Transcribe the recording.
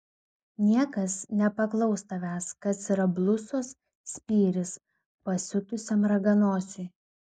niekas nepaklaus tavęs kas yra blusos spyris pasiutusiam raganosiui